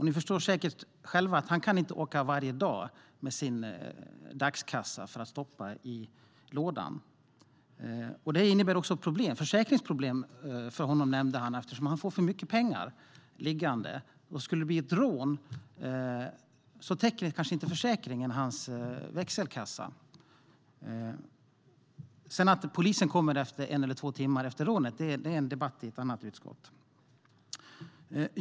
Ni förstår säkert själva att han inte kan åka varje dag för att stoppa dagskassan i lådan. Och det innebär försäkringsproblem, nämnde han, för han får för mycket pengar liggande. Skulle det bli ett rån täcker försäkringen kanske inte hans växelkassa. Att polisen kommer en eller två timmar efter att rånet skett hör till en annan debatt i ett annat utskott.